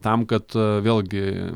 tam kad vėlgi